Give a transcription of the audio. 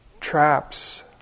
traps